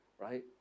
right